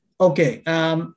Okay